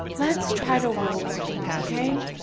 let's try to role play, okay?